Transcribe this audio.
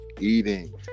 eating